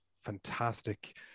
fantastic